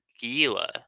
gila